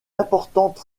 importante